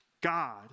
God